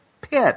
pit